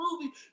movie